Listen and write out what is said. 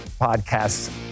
podcasts